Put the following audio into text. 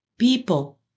People